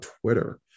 Twitter